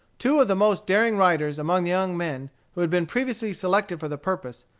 two of the most daring riders among the young men who had been previously selected for the purpose,